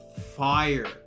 fire